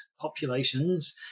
populations